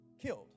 killed